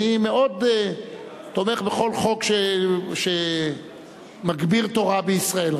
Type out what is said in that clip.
אני מאוד תומך בכל חוק שמגביר תורה בישראל,